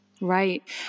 Right